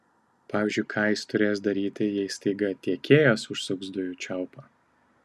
pavyzdžiui ką jis turės daryti jei staiga tiekėjas užsuks dujų čiaupą